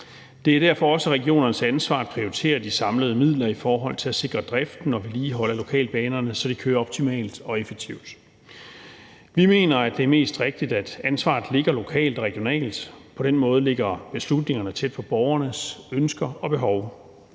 Det er derfor også regionernes ansvar at prioritere de samlede midler i forhold til at sikre drift og vedligehold af lokalbanerne, så de kører optimalt og effektivt. Vi mener, at det er mest rigtigt, at ansvaret ligger lokalt og regionalt, for på den måde ligger beslutningerne tæt på borgernes ønsker og behov.